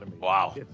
Wow